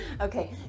okay